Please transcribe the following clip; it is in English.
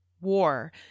war